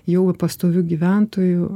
jau pastovių gyventojų